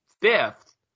fifth